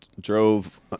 drove